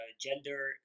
gender